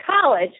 college